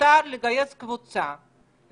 מותר לגייס קבוצה עד עשרה איש,